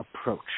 approach